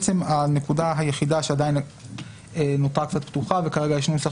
הנקודה היחידה שנותרה קצת פתוחה וכרגע יש נוסח